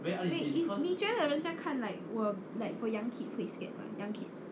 it 你觉得人家看 like for for young kids 会 scared mah young kids